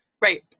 Right